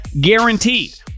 guaranteed